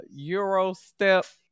Eurostep